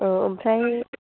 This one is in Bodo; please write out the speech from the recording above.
औ ओमफ्राय